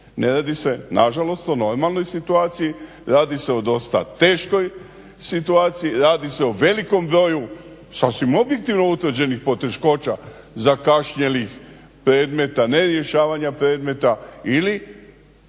Ne radi se, nažalost, o normalnoj situaciji radi se o dosta teškoj situaciji, radi se o velikom broju sasvim objektivno utvrđenih poteškoća zakašnjelih predmeta, nerješavanja predmeta ili